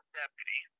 deputy